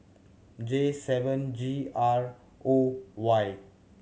J seven G R O Y